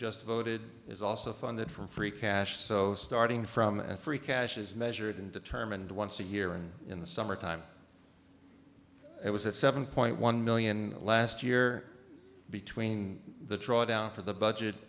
just voted is also funded from free cash so starting from free cash is measured and determined once a year and in the summertime it was at seven point one million last year between the drawdown for the budget